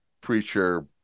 preacher